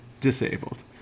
disabled